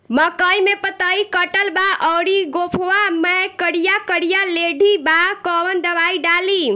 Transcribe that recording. मकई में पतयी कटल बा अउरी गोफवा मैं करिया करिया लेढ़ी बा कवन दवाई डाली?